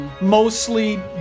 mostly